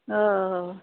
অঁ